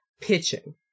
pitching